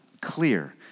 clear